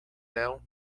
now